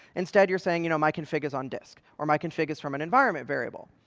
instead, you're saying, you know my config is on disk, or my config is from an environment variable.